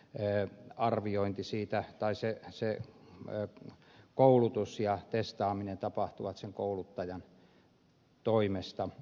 eun arviointi siitä kai se että se varsinainen koulutus ja testaaminen tapahtuvat sen kouluttajan toimesta